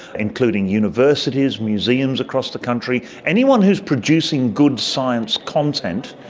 including universities, museums across the country, anyone who is producing good science content,